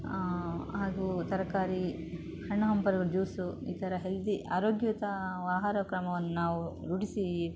ಹಾಗೂ ತರಕಾರಿ ಹಣ್ಣು ಹಂಪಲು ಜ್ಯೂಸು ಈ ಥರ ಹೆಲ್ದಿ ಆರೋಗ್ಯಯುತ ಆಹಾರ ಕ್ರಮವನ್ನು ನಾವು ರೂಢಿಸಿ